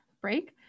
break